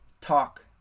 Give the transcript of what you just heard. talk